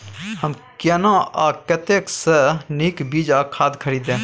हम केना आ कतय स नीक बीज आ खाद खरीदे?